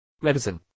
medicine